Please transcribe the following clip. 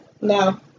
No